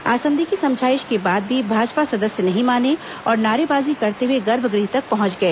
आसंदी की समझाइश के बाद भी भाजपा सदस्य नहीं माने और नारेबाजी करते हुए गर्भगृह तक पहुंच गए